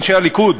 אנשי הליכוד,